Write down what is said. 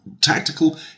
Tactical